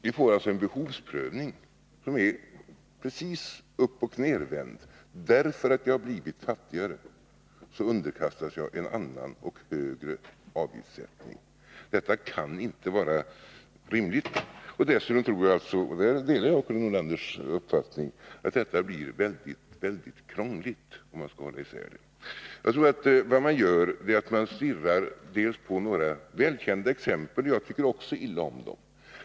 Vi får alltså en behovsprövning som är helt uppochnedvänd. Därför att jag har blivit fattigare underkastas jag en annan och högre avgiftssättning! Detta kan inte vara rimligt. Dessutom tror jag — där delar jag fru Nordlanders uppfattning — att detta blir mycket krångligt. Jag tror att vad som har hänt är att man stirrat sig blind på några välkända exempel-— jag tycker också illa om dem.